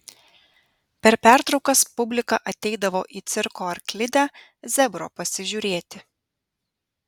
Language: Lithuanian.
per pertraukas publika ateidavo į cirko arklidę zebro pasižiūrėti